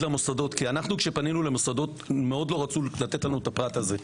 למוסדות כי כשאנחנו פנינו למוסדות לא רצו לתת לנו את הפרט הזה,